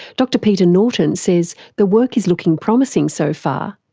dr peter norton says the work is looking promising so far,